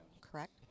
correct